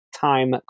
Time